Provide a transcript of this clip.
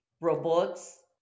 robots